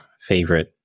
favorite